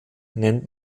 nennt